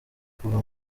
kuva